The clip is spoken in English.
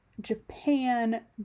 Japan